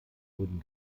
wurden